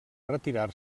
retirar